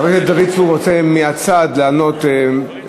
חבר הכנסת דוד צור רוצה לענות על דבריך